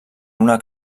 una